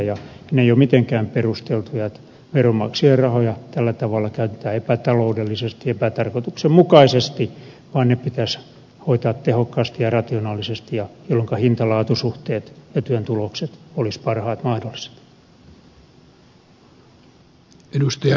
ei ole mitenkään perusteltua että veronmaksajien rahoja tällä tavalla käytetään epätaloudellisesti epätarkoituksenmukaisesti vaan ne pitäisi hoitaa tehokkaasti ja rationaalisesti jolloinka hintalaatu suhteet ja työn tulokset olisivat parhaat mahdolliset